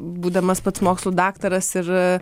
būdamas pats mokslų daktaras ir